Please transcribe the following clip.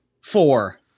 four